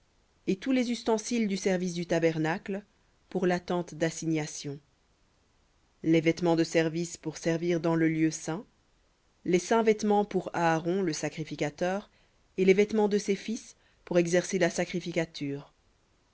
et les pieux du ds les vêtements de service pour servir dans le lieu saint les saints vêtements pour aaron le sacrificateur et les vêtements de ses fils pour exercer la sacrificature